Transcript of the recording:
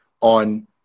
on